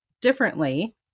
differently